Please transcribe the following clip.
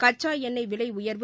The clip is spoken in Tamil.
கச்ச எண்ணெய் விலை உயர்வு